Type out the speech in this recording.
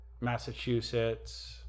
Massachusetts